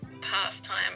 pastime